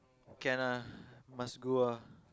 can ah must go ah